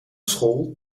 school